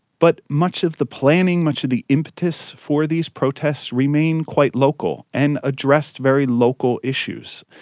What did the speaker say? but much of the planning, much of the impetus for these protests remained quite local and addressed very local issues.